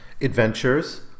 adventures